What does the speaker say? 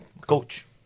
coach